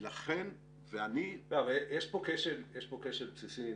יש פה כשל בסיסי,